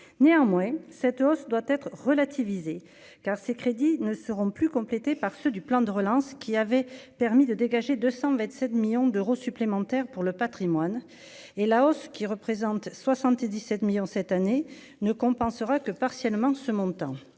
néanmoins, cette hausse doit être relativisée car ces crédits ne seront plus complété par ceux du plan de relance qui avait permis de dégager 227 millions d'euros supplémentaires pour le Patrimoine et la hausse qui représente 77 millions cette année ne compensera que partiellement ce montant,